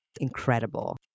incredible